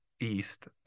East